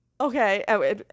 okay